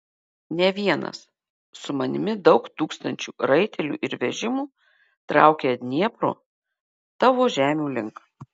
ne vienas su manimi daug tūkstančių raitelių ir vežimų traukia dniepro tavo žemių link